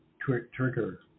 trigger